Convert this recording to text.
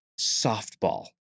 softball